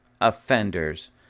offenders